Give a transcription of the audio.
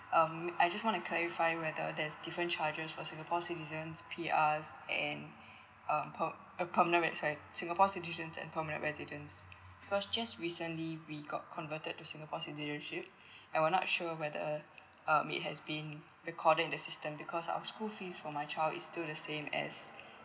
um I just want to clarify whether there's different charges for singapore citizen P_R and um per~ uh permanent re~ sorry singapore citizen and permanent residents cause just recently we got converted to singapore citizenship and we're not sure whether um it has been according the system because our school fees for my child is still the same as